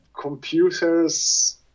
computers